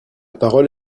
parole